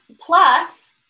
plus